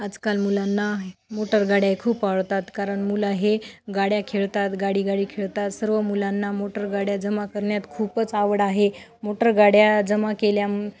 आजकाल मुलांना मोटरगाड्याही खूप आवडतात कारण मुलं हे गाड्या खेळतात गाडी गाडी खेळतात सर्व मुलांना मोटरगाड्या जमा करण्यात खूपच आवड आहे मोटरगाड्या जमा केल्या